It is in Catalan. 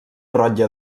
rotlle